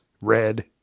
Red